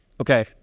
Okay